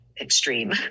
Extreme